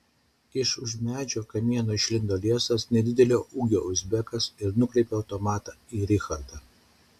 iš už medžio kamieno išlindo liesas nedidelio ūgio uzbekas ir nukreipė automatą į richardą